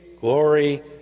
glory